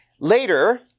later